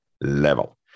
level